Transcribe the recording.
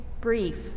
brief